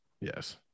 Yes